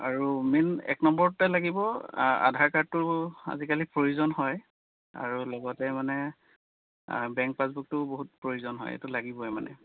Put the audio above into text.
আৰু মেইন এক নম্বৰতে লাগিব আধাৰ কাৰ্ডটো আজিকালি প্ৰয়োজন হয় আৰু লগতে মানে বেংক পাছবুকটোও বহুত প্ৰয়োজন হয় এইটো লাগিবই মানে